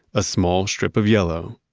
a small strip of yellow.